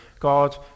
God